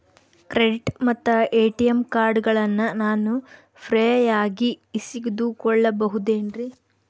Credit ಮತ್ತ ATM ಕಾರ್ಡಗಳನ್ನ ನಾನು ಫ್ರೇಯಾಗಿ ಇಸಿದುಕೊಳ್ಳಬಹುದೇನ್ರಿ?